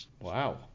Wow